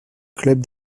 club